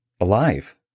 alive